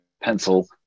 pencil